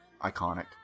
iconic